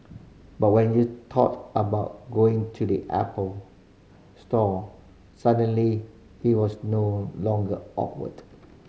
but when you thought about going to the Apple store suddenly he was no longer awkward